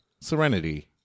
Serenity